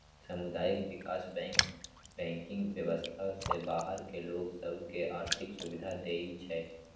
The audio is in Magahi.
सामुदायिक विकास बैंक बैंकिंग व्यवस्था से बाहर के लोग सभ के आर्थिक सुभिधा देँइ छै